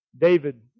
David